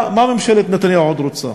מה ממשלת נתניהו עוד רצה?